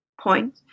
point